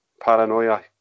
paranoia